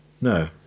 No